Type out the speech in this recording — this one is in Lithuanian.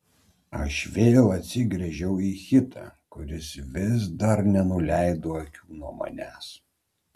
aš vėl atsigręžiau į hitą kuris vis dar nenuleido akių nuo manęs